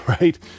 right